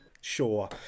sure